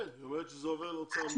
היא אומרת שזה עובר לאוצר המדינה.